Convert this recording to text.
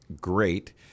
great